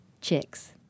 chicks